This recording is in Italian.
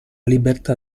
libertà